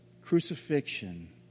crucifixion